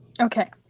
Okay